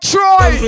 Troy